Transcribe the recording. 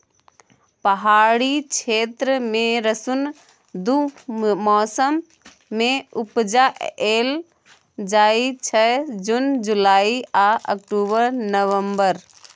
पहाड़ी क्षेत्र मे रसुन दु मौसम मे उपजाएल जाइ छै जुन जुलाई आ अक्टूबर नवंबर